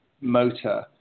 motor